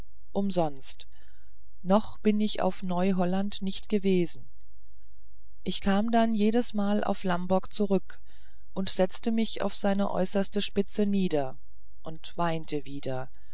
umsonst noch bin ich auf neuholland nicht gewesen ich kam dann jedesmal auf lamboc zurück und setzte mich auf seine äußerste spitze nieder und weinte wieder